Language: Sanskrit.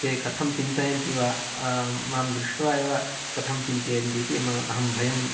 ते कथं चिन्तयन्ति वा मां दृष्ट्वा एव कथं चिन्तयन्ति इति अहं भयम् अनुभवास्म